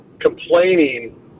complaining